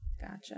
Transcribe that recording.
Gotcha